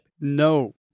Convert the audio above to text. No